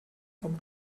vom